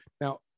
now